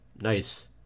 Nice